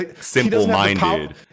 simple-minded